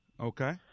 Okay